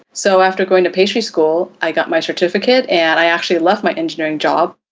so after going to pastry school, i got my certificate and i actually love my engineering job,